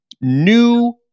new